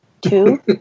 Two